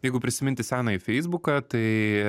jeigu prisiminti senąjį feisbuką tai